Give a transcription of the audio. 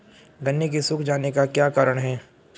गन्ने के सूख जाने का क्या कारण है?